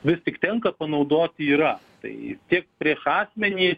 vis tik tenka panaudoti yra tai tiek prieš asmenį